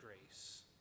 grace